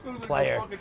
player